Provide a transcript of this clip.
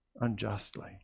unjustly